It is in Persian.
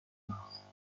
دیاناست